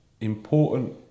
important